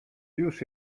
już